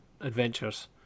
adventures